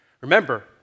Remember